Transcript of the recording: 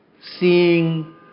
seeing